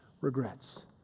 regrets